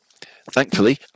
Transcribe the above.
thankfully